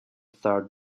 third